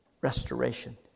restoration